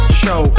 show